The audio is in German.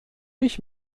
ich